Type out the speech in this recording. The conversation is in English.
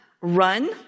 run